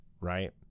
right